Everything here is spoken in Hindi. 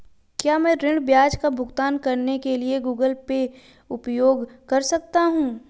क्या मैं ऋण ब्याज का भुगतान करने के लिए गूगल पे उपयोग कर सकता हूं?